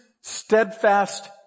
steadfast